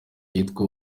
yitwa